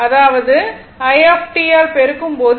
அதாவது i t ஆல் பெருக்கும்போது